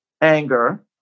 anger